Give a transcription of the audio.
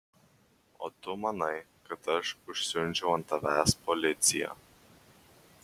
o tu manai kad aš užsiundžiau ant tavęs policiją